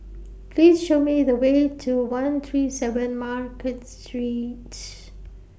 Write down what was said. Please Show Me The Way to one three seven Market Street